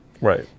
Right